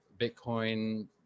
Bitcoin